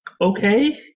okay